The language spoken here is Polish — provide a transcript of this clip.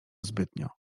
zbytnio